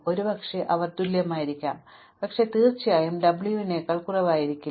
ഒരുപക്ഷേ അവർ തുല്യരായിരിക്കാം പക്ഷേ തീർച്ചയായും w നെക്കാൾ കുറവായിരുന്നില്ല